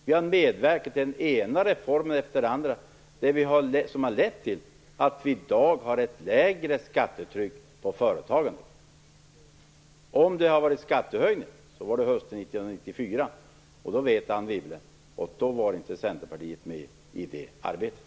Vi har medverkat till den ena reformen efter den andra som har lett till att vi i dag har ett lägre skattetryck på företagandet. Om det har skett någon skattehöjning så var det hösten 1994 - och Anne Wibble vet att Centerpartiet inte var med i det arbetet.